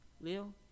Leo